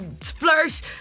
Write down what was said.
Flirt